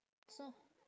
so